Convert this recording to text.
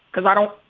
because i don't.